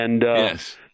Yes